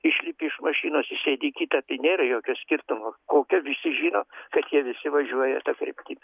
išlipi iš mašinos įsėdi į kitą tai nėra jokio skirtumo kokio visi žino kad jie visi važiuoja ta kryptim